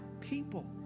people